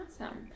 Awesome